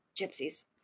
gypsies